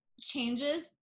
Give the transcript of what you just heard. changes